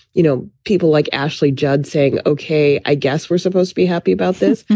you know, people like ashley judd saying, okay, i guess we're supposed to be happy about this,